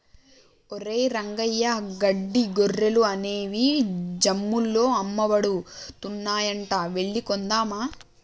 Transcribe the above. ఒరేయ్ రంగయ్య గడ్డి గొర్రెలు అనేవి జమ్ముల్లో అమ్మబడుతున్నాయంట వెళ్లి కొందామా